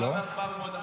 תשובה והצבעה במועד אחר.